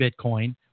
Bitcoin